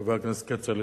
חבר הכנסת כצל'ה,